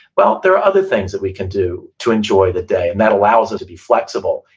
well, there are other things that we can do to enjoy the day, and that allows it to be flexible,